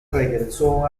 regresó